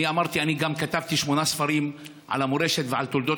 אני גם כתבתי שמונה ספרים על המורשת ועל תולדות